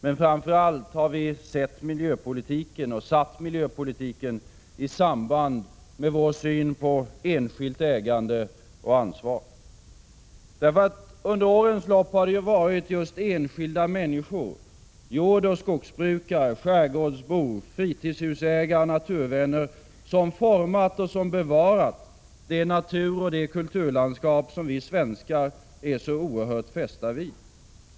Men framför allt har vi satt miljöpolitiken i samband med vår syn på enskilt ägande och ansvar. Under årens lopp har det varit just enskilda människor — jordoch skogsbrukare, skärgårdsbor, fritidshusägare och naturvänner — som format och bevarat det naturoch kulturlandskap som vi svenskar är så oerhört fästa vid.